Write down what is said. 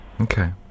Okay